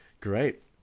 great